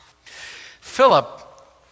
Philip